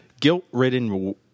Guilt-ridden